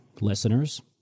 listeners